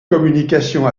communication